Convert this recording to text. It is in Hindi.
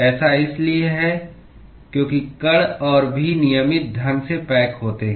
ऐसा इसलिए है क्योंकि कण और भी अनियमित ढंग से पैक होते हैं